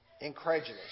incredulous